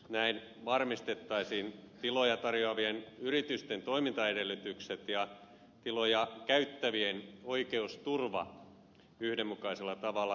näin varmistettaisiin tiloja tarjoavien yritysten toimintaedellytykset ja tiloja käyttävien oikeusturva yhdenmukaisella tavalla